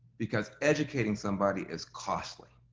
because educating somebody is costly,